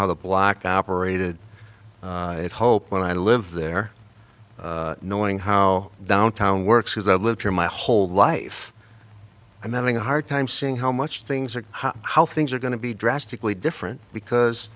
how the black operated it hope when i live there knowing how downtown works is i lived here my whole life i'm having a hard time seeing how much things are how things are going to be drastically different because